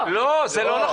לא, זה לא נכון.